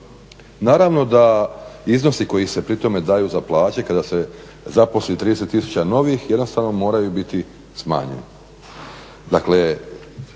Naravno da iznosi koji se pri tome daju za plaće kada se zaposli 30 000 novih jednostavno moraju biti smanjeni.